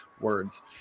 words